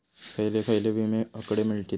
खयले खयले विमे हकडे मिळतीत?